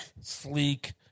Sleek